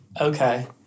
okay